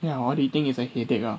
ya what do you think is a headache ah